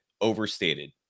overstated